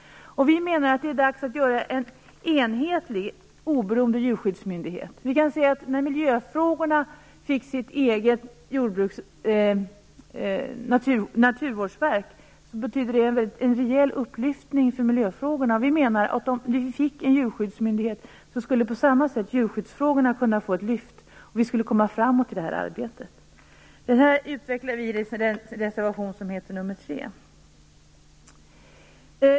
Vi menar att det är dags att inrätta en enhetlig, oberoende djurskyddsmyndighet. Det innebar ett rejält lyft för miljöfrågorna när de fick sitt eget naturvårdsverk. Om vi fick en djurskyddsmyndighet skulle djurskyddsfrågorna på samma sätt kunna få ett lyft, och vi skulle komma framåt i det här arbetet. Det här utvecklar vi i reservation 3.